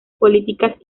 políticas